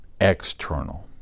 external